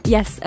Yes